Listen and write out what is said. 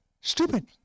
Stupid